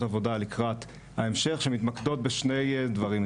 עבודה לקראת ההמשך שמתמקדות בשני דברים,